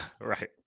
Right